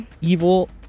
evil